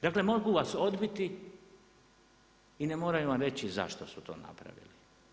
Dakle mogu vas odbiti i ne moraju vam reći zašto su to napravili.